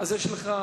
יש לך